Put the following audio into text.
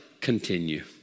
continue